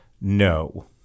No